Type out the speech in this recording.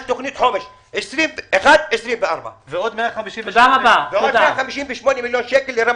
תוכנית חומש 2024-2021. ועוד 158 מיליון.